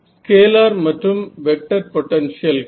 scalar மற்றும் vector பொட்டென்ஷியல்கள்